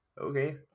okay